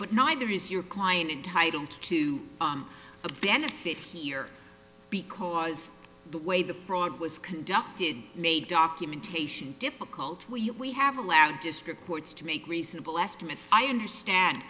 but neither is your client entitled to a benefit here because the way the fraud was conducted may documentation difficult we have allowed district courts to make reasonable estimates i understand